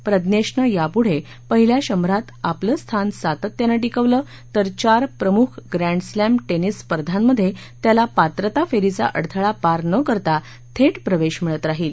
प्रज्ञेशनं यापुढे पहिल्या शंभरात आपलं स्थान सातत्यानं टिकवलं तर चार प्रमुख ग्रँडस्ल टेनिस स्पर्धांमध्ये त्याला पात्रता फेरीचा अडथळा पार न करता थेट प्रवेश मिळत राहील